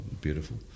beautiful